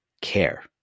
care